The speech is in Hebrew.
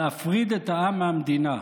להפריד את העם מהמדינה.